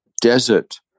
desert